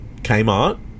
kmart